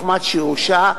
מחמת שהורשע,